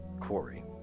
quarry